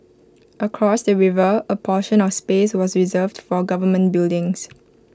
across the river A portion of space was reserved for government buildings